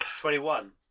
Twenty-one